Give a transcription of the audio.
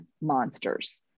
monsters